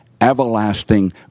everlasting